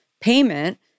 payment